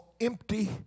empty